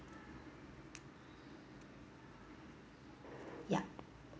yup